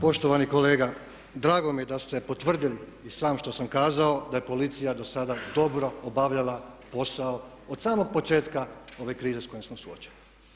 Poštovani kolega, drago mi je da ste potvrdili i sam što sam kazao da je policija do sada dobro obavljala posao od samog početka ove krize s kojom smo suočeni.